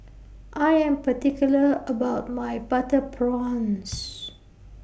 I Am particular about My Butter Prawns